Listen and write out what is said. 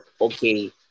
okay